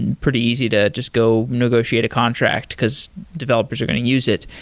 and pretty easy to just go negotiate a contract, because developers are going to use it.